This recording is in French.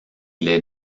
les